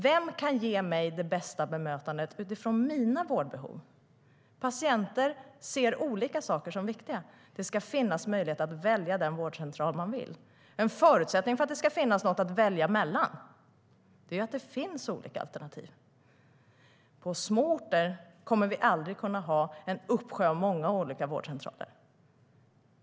Vem kan ge mig det bästa bemötandet utifrån mina vårdbehov? Patienter ser olika saker som viktiga. Det ska finnas möjlighet att välja den vårdcentral man vill. En förutsättning för att det ska finnas något att välja mellan är att det finns olika alternativ. På små orter kommer vi aldrig att kunna ha en uppsjö av olika vårdcentraler.